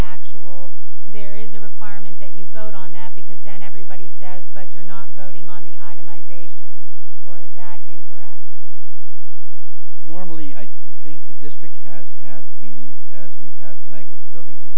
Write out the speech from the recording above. actual there is a requirement that you vote on that because then everybody says but you're not voting on the itemization or is that incorrect normally i think the district has had meetings as we've had tonight with buildings and